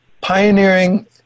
pioneering